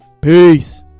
peace